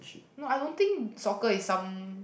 no I don't think soccer is some